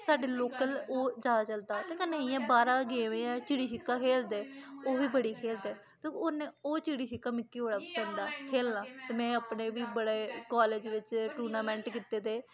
साड्डे लोकल ओह् ज्यादा चलदा ते कन्नै इ'यां बाह्रा दा गेम एह् ऐ चिड़ी छिक्का खेलदे ओह् बी बड़ी खेलदे ते उन्न ओह् चिड़ी शिक्का मिगी बड़ा पंसद ऐ खेलना ते में अपने बी बड़े कालेज बिच्च टूर्नामेंट कीते दे